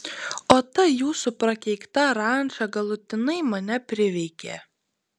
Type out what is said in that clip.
o ta jūsų prakeikta ranča galutinai mane priveikė